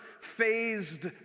phased